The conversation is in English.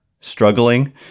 struggling